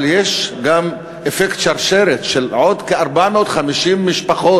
אבל יש גם אפקט שרשרת של עוד כ-450 משפחות,